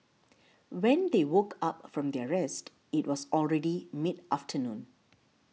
when they woke up from their rest it was already mid afternoon